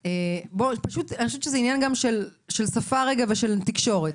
אני חושבת שזה גם עניין של שפה ושל תקשורת.